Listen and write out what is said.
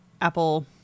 Apple